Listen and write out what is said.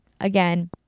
Again